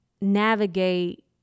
navigate